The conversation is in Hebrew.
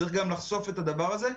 צריך גם לחשוף את הדבר הזה.